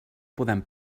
podem